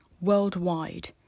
worldwide